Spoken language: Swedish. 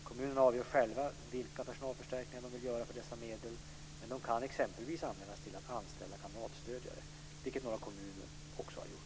Kommunerna avgör själva vilka personalförstärkningar de vill göra för dessa medel, men de kan exempelvis användas till att anställa kamratstödjare, vilket några kommuner också har gjort.